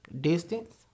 Distance